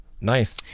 Nice